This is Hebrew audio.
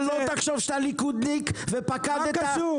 ואתה, לא תחשוב שאתה ליכודניק ופקדת -- מה קשור?